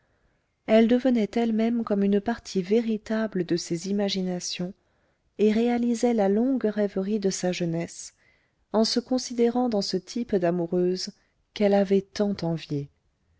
elle devenait elle-même comme une partie véritable de ces imaginations et réalisait la longue rêverie de sa jeunesse en se considérant dans ce type d'amoureuse qu'elle avait tant envié